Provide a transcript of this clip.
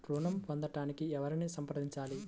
ఋణం పొందటానికి ఎవరిని సంప్రదించాలి?